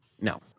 No